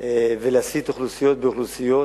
ולהסית אוכלוסיות באוכלוסיות,